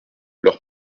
leurs